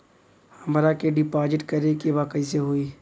हमरा के डिपाजिट करे के बा कईसे होई?